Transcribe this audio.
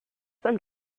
some